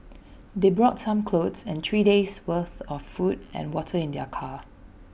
they brought some clothes and three days' worth of food and water in their car